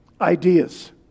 ideas